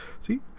see